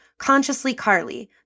CONSCIOUSLYCARLY